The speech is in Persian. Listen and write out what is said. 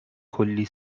کلی